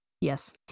Yes